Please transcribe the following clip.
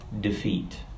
defeat